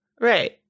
Right